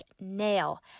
nail